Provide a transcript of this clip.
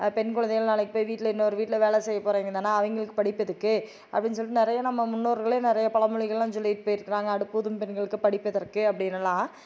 பெண் குழந்தைகள் நாளைக்கு போய் வீட்டில் இன்னொரு வீட்டில் வேலை செய்ய போறவங்க தானே அவங்களுக்கு படிப்பு எதுக்கு அப்டின்னு சொல்லிட்டு நிறைய நம்ம முன்னோர்களே நிறைய பழ மொழிகள்லாம் சொல்லிட்டு போய்ருக்கிறாங்க அடுப்பூதும் பெண்களுக்கு படிப்பு எதற்கு அப்படின்னெல்லாம்